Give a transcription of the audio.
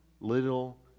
little